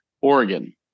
Oregon